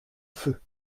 feu